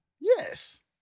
Yes